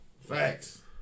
Facts